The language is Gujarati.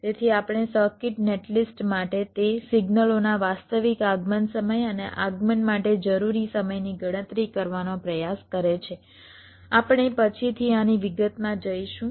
તેથી આપેલ સર્કિટ નેટલિસ્ટ માટે તે સિગ્નલોના વાસ્તવિક આગમન સમય અને આગમન માટે જરૂરી સમયની ગણતરી કરવાનો પ્રયાસ કરે છે આપણે પછીથી આની વિગતમાં જઈશું